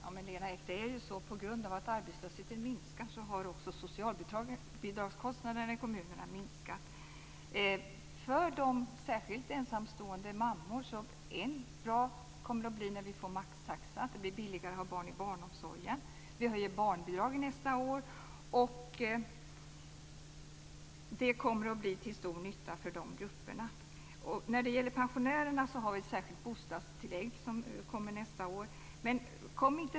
Herr talman! På grund av att arbetslösheten minskar har också socialbidragskostnaderna i kommunerna minskat, Lena Ek. För särskilt de ensamstående mammorna är det bra när det kommer att bli maxtaxa. Det blir billigare att ha barn i barnomsorgen. Vi höjer barnbidragen nästa år. Det kommer att bli till stor nytta för de grupperna. För pensionärerna finns ett särskilt bostadstillägg som kommer nästa år.